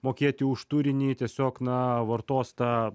mokėti už turinį tiesiog na vartos tą